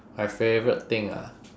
my favourite thing ah